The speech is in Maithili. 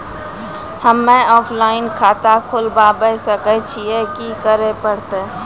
हम्मे ऑफलाइन खाता खोलबावे सकय छियै, की करे परतै?